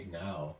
now